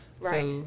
Right